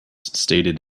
stated